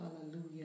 Hallelujah